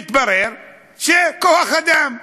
מתברר שכוח-אדם.